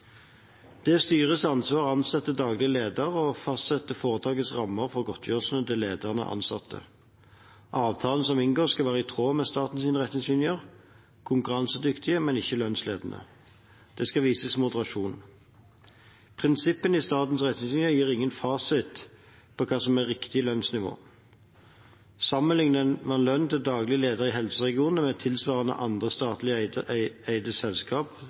er styrets ansvar å ansette daglig leder og å fastsette foretakets rammer for godtgjørelsene til ledende ansatte. Avtalen som inngås, skal være i tråd med statens retningslinjer, konkurransedyktige, men ikke lønnsledende. Det skal vises moderasjon. Prinsippene i statens retningslinjer gir ingen fasit på hva som er riktig lønnsnivå. Sammenligner man lønnene til daglige ledere i helseregionene med tilsvarende andre statlig eide selskap,